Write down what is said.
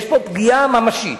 יש פה פגיעה ממשית.